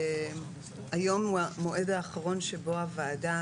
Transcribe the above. היום הוא המועד האחרון שבו הוועדה,